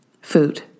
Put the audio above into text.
Food